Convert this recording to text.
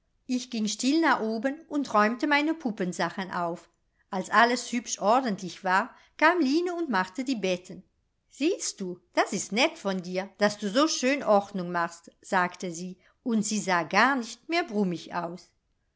ich ging still nach oben und räumte meine puppensachen auf als alles hübsch ordentlich war kam line und machte die betten siehst du das ist nett von dir daß du so schön ordnung machst sagte sie und sie sah garnicht mehr brummig aus